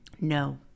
No